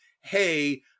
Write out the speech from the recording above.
hey